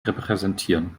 repräsentieren